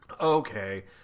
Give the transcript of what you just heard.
okay